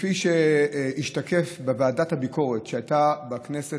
כפי שהשתקף בוועדת הביקורת שהייתה בכנסת